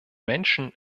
menschen